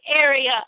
area